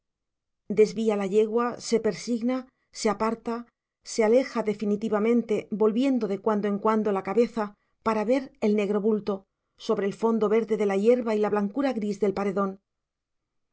desvía la yegua se persigna se aparta se aleja definitivamente volviendo de cuando en cuando la cabeza para ver el negro bulto sobre el fondo verde de la hierba y la blancura gris del paredón